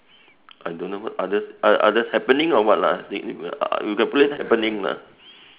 I don't know what others oth~ others happening or what lah you can place happening lah